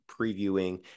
previewing